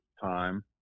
time